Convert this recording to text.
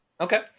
okay